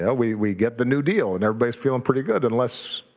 ah we we get the new deal and everybody's feeling pretty good unless